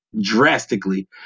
drastically